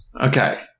Okay